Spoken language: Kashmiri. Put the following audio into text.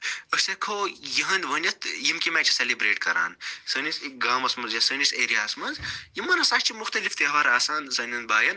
أسۍ ہیٚکو یہِ ہان ؤنِتھ یِم کَمہِ آیہِ چھِ سیٚلبرٛیٹ کران سٲنِس گامَس منٛز یا سٲنِس ایرِیا ہَس منٛز یِمَن ہسا چھِ مُختلِف تہوار آسان سانیٚن بھایَن